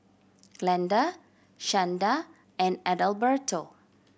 Glenda Shanda and Adalberto